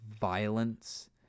violence